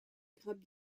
grappe